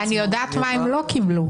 אני יודעת מה הם לא קיבלו.